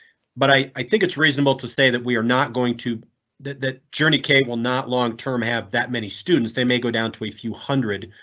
but i i think it's reasonable to say that we are not going to that that journey. k will not long term have that many students. they may go down to a few one hundred.